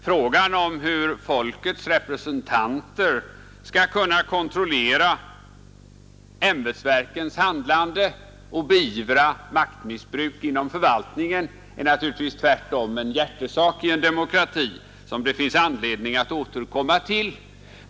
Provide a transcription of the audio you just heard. Frågan om hur folkets representanter skall kunna kontrollera ämbetsverkens handlande och beivra maktmissbruk inom förvaltningen är i en demokrati tvärtom en hjärtesak som det finns anledning återkomma till.